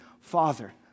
Father